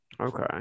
Okay